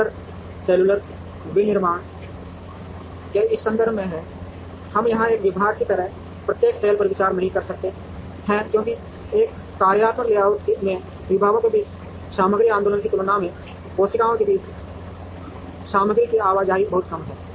अंतर सेलुलर विनिर्माण के इस संदर्भ में है हम यहां एक विभाग की तरह प्रत्येक सेल पर विचार नहीं करते हैं क्योंकि एक कार्यात्मक लेआउट में विभागों के बीच सामग्री आंदोलन की तुलना में कोशिकाओं के बीच सामग्री की आवाजाही बहुत कम है